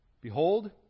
Behold